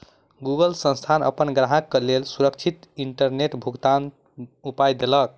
Google संस्थान अपन ग्राहक के लेल सुरक्षित इंटरनेट भुगतनाक उपाय देलक